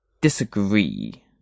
disagree